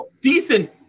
decent